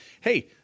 Hey